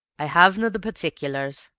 i havena the parteeculars,